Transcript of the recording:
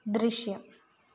ദൃശ്യം